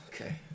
Okay